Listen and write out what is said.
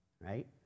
right